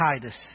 Titus